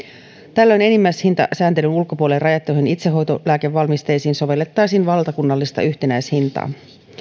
tällöin enimmäishintasääntelyn ulkopuolelle rajattuihin itsehoitolääkevalmisteisiin sovellettaisiin valtakunnallista yhtenäishintaa